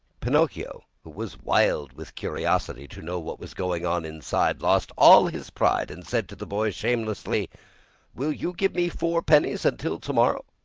pinocchio, who was wild with curiosity to know what was going on inside, lost all his pride and said to the boy shamelessly will you give me four pennies until tomorrow?